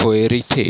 होय रहिथे